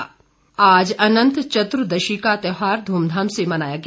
अनंत चतुर्दशी आज अनंत चतुर्दशी का त्योहार ध्रमधाम से मनाया गया